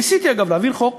ניסיתי, אגב, להעביר חוק